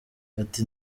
ati